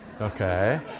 Okay